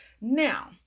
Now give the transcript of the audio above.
Now